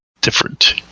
different